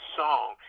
song